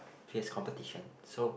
fierce competition so